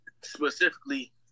specifically